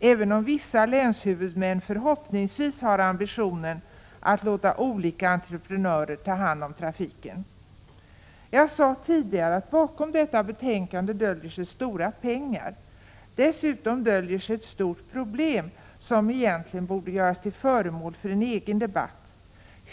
även om vissa länshuvudmän förhoppningsvis har ambitionen att låta olika entreprenörer ta hand om trafiken. Jag sade tidigare att stora pengar döljer sig bakom detta betänkande. Dessutom döljer sig ett stort problem, som egentligen borde bli föremål för en särskild debatt.